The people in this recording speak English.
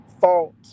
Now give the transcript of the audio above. fault